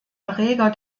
erreger